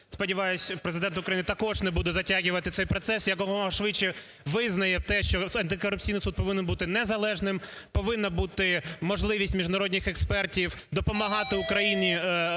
Сподіваюсь, Президент України також не буде затягувати цей процес і якомога визнає те, що антикорупційний суд повинен бути незалежним, повинна бути можливість міжнародних експертів допомагати Україні